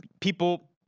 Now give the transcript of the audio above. People